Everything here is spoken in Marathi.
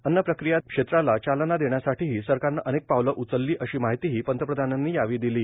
अव्ज प्रक्रिया क्षेत्राला चालना देण्यासाठीही सरकारनं अनेक पावलं उचलली अशी माहितीही पंतप्रधानांनी यावेळी दिली